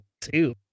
two